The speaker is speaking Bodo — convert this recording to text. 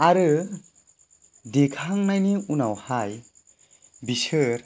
आरो देखांनायनि उनावहाय बिसोर